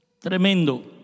Tremendo